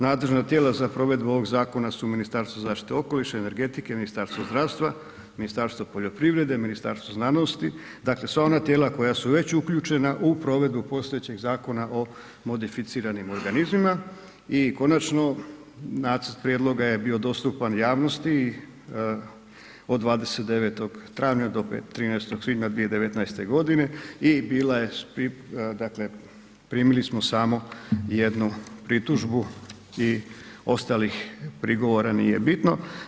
Nadležna tijela za provedbu ovog zakona u Ministarstvo zaštite okoliša i energetike, Ministarstvo zdravstva, Ministarstvo poljoprivrede, Ministarstvo znanosti, dakle sva na tijela koja su već uključena u provedbu postojećeg Zakona o modificiranim organizmima i konačno nacrt prijedloga je bio dostupan javnosti od 29. travnja do 13. svibnja 2019. godine i bila je dakle, primili smo samo 1 pritužbu i ostalih prigovora nije bitno.